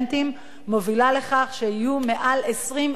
מובילה לכך שיהיו מעל 20,000 מיטות.